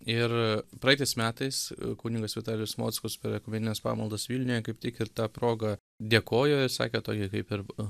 ir praeitais metais kunigas vitalijus mockus per ekumenines pamaldas vilniuje kaip tik ir ta proga dėkojo išsakė tokį kaip ir